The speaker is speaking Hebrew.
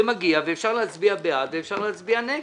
זה מגיע, ואפשר להצביע בעד ואפשר להצביע נגד.